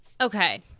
okay